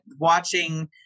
watching